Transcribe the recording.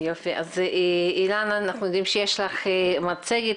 אנחנו יודעים שיש לך מצגת.